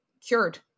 cured